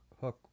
hook